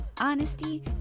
honesty